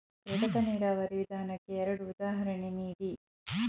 ಕೃತಕ ನೀರಾವರಿ ವಿಧಾನಕ್ಕೆ ಎರಡು ಉದಾಹರಣೆ ನೀಡಿ?